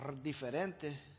diferente